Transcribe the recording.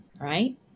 right